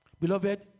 Beloved